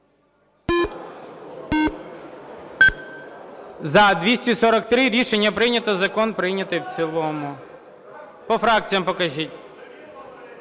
За-243 Рішення прийнято. Закон прийнятий в цілому. По фракціям покажіть.